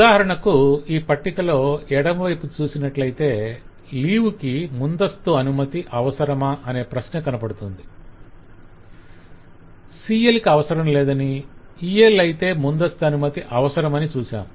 ఉదాహరణకు ఈ పట్టికలో ఎడమవైపు చూసినట్లయితే లీవ్ కి ముందస్తు అనుమతి అవసరమా అనే ప్రశ్న కనపడుతుంది CLకి అవసరంలేదని EL అయితేముందస్తు అనుమతి అవసరమని చూశాం